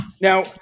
now